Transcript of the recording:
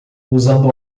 usando